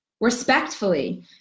respectfully